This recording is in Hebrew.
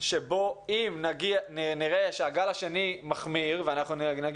שבו אם נראה שהגל השני מחמיר ואנחנו נגיע